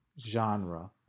genre